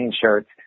shirts